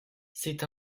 c’est